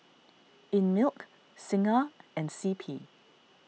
Einmilk Singha and C P